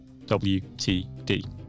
WTD